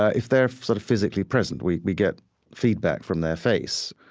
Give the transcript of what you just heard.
if they're sort of physically present, we we get feedback from their face.